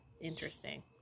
interesting